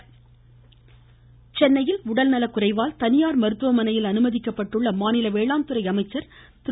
துரைக்கண்ணு சென்னையில் உடல்நலக்குறைவால் தனியார் மருத்துவமனையில் அனுமதிக்கப்பட்டுள்ள மாநில வேளாண்துறை அமைச்சர் திரு